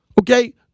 Okay